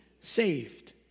saved